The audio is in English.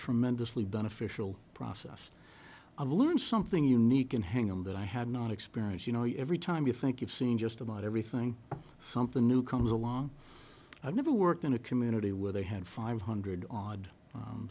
tremendously beneficial process i've learned something unique and hang on that i have not experienced you know every time you think you've seen just about everything something new comes along i've never worked in a community where they had five hundred o